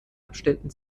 abständen